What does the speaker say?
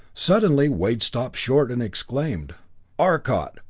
suddenly wade stopped short and exclaimed arcot,